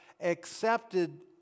accepted